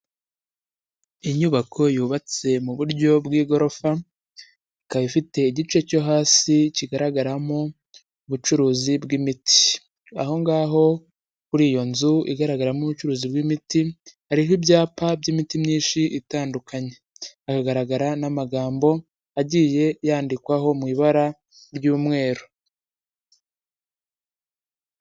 Inyubako yubatse mu buryo bw'igorofa, ikaba ifite igice cyo hasi kigaragaramo ubucuruzi bw'imiti, ahongaho kuri iyo nzu igaragaramo ubucuruzi bw'imiti hariho ibyapa by'imiti myinshi itandukanye, haragaragara n'amagambo agiye yandikwaho mu ibara ry'umweru.